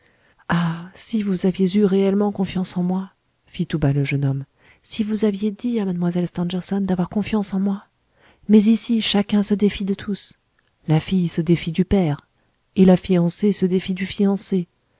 ah si vous aviez eu réellement confiance en moi fit tout bas le jeune homme si vous aviez dit à mlle stangerson d'avoir confiance en moi mais ici chacun se défie de tous la fille se défie du père et la fiancée se défie du fiancé